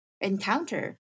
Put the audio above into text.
encounter